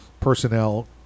personnel